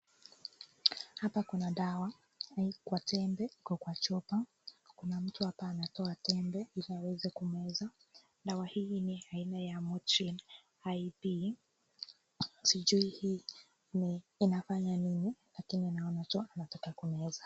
Hapa kuna dawa iko kwa tembe, iko kwa chupa. Kuna mtu hapa anatoa tembe ili aweze kumeza. Dawa hii ni aina ya Motrin Ib. Sijui hii inafanya nini, lakini naona tu anataka kumeza.